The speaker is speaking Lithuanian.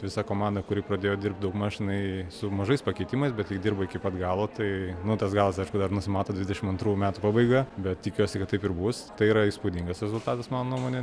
visa komanda kuri pradėjo dirbt daugmaž jinai su mažais pakeitimais bet tai dirbo iki pat galo tai nu tas galas aišku dar nusimato dvidešimt antrų metų pabaiga bet tikiuosi kad taip ir bus tai yra įspūdingas rezultatas mano nuomone